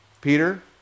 Peter